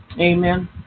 Amen